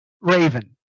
raven